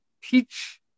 peach